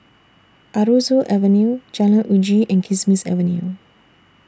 Aroozoo Avenue Jalan Uji and Kismis Avenue